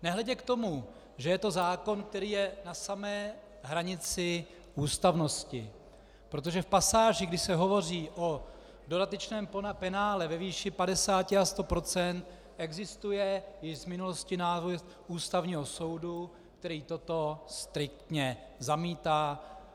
Nehledě k tomu, že je to zákon, který je na samé hranici ústavnosti, protože v pasáži, kdy se hovoří o dodatečném penále ve výši 50 a 100 %, existuje již z minulosti nález Ústavního soudu, který toto striktně zamítá.